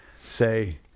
say